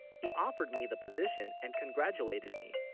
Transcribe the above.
he offered me the position and congratulated me